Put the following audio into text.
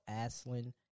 Aslan